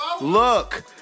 look